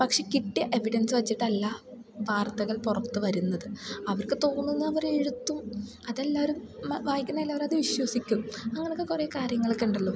പക്ഷേ കിട്ടിയ എവിഡൻസ് വെച്ചിട്ടല്ല വാർത്തകൾ പുറത്തു വരുന്നത് അവർക്കു തോന്നുന്നത് അവർ എഴുതും അതെല്ലാവരും വായിക്കുന്നതല്ലേ അവരത് വിശ്വസിക്കും അങ്ങനെയൊക്കെ കുറേ കാര്യങ്ങളൊക്കെ ഉണ്ടല്ലോ